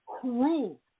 cruel